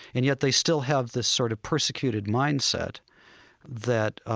and yet they still have this sort of persecuted mindset that,